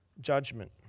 judgment